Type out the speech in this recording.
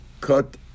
cut